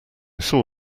saw